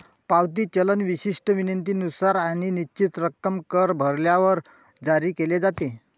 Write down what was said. पावती चलन विशिष्ट विनंतीनुसार आणि निश्चित रक्कम कर भरल्यावर जारी केले जाते